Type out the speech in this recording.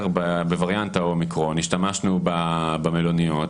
בווריאנט האומריקון השתמשנו במלוניות